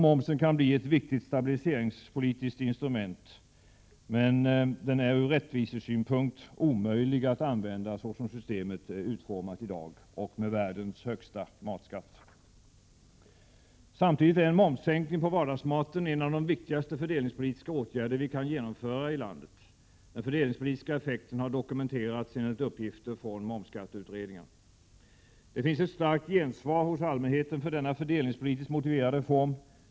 Momsen kan bli ett viktigt stabiliseringspolitiskt instrument, men den är ur rättvisesynpunkt omöjlig att använda såsom systemet är utformat i dag med världens högsta matskatt. Samtidigt är en momssänkning på vardagsmaten en av de viktigaste fördelningspolitiska åtgärder vi kan genomföra i landet. Den fördelningspolitiska effekten har dokumenterats enligt uppgifter från momsskatteutredningen. Det finns ett starkt gensvar hos allmänheten för denna fördelningspolitiskt motiverade reform.